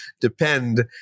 depend